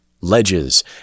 ledges